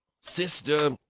Sister